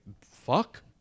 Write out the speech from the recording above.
fuck